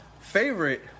favorite